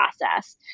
process